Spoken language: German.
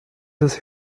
des